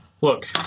Look